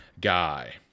guy